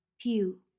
pew